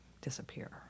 disappear